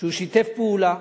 והוא שיתף פעולה,